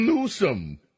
Newsom